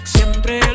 Siempre